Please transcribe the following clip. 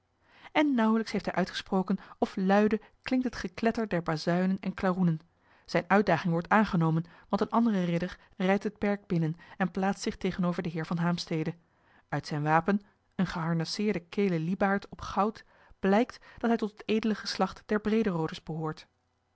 en nauwelijks heeft hij uitgesproken of luide klinkt het gekletter der bazuinen en klaroenen zijne uitdaging wordt aangenomen want een andere ridder rijdt het perk binnen en plaatst zich tegenover den heer van haemstede uit zijn wapen een geharnasseerden keelen liebaard op goud blijkt dat hij tot het edele geslacht der brederodes behoort